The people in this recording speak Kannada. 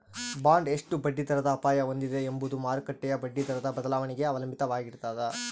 ಬಾಂಡ್ ಎಷ್ಟು ಬಡ್ಡಿದರದ ಅಪಾಯ ಹೊಂದಿದೆ ಎಂಬುದು ಮಾರುಕಟ್ಟೆಯ ಬಡ್ಡಿದರದ ಬದಲಾವಣೆಗೆ ಅವಲಂಬಿತವಾಗಿರ್ತದ